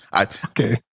Okay